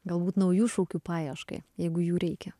galbūt naujų šūkių paieškai jeigu jų reikia